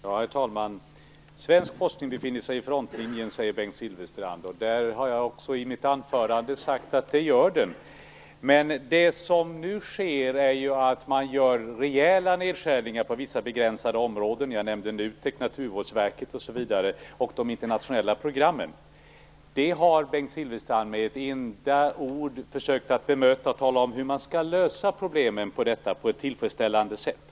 Herr talman! Svensk forskning befinner sig i frontlinjen, säger Bengt Silfverstrand. Jag har också i mitt anförande sagt att den gör det. Men det som nu sker är att man gör rejäla nedskärningar på vissa begränsade områden; jag nämnde NUTEK, Naturvårdsverket, osv. och de internationella programmen. Bengt Silfverstrand har inte med ett enda ord försökt bemöta detta eller ange hur man skall lösa problemen med detta på ett tillfredsställande sätt.